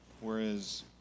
Whereas